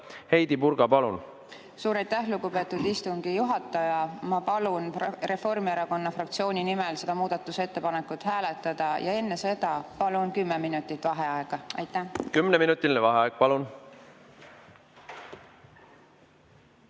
Heidy Purga, palun! Suur aitäh, lugupeetud istungi juhataja! Ma palun Reformierakonna fraktsiooni nimel seda muudatusettepanekut hääletada ja enne seda palun kümme minutit vaheaega. Aitäh! Suur aitäh, lugupeetud